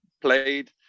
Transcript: played